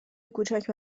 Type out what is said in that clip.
کوچک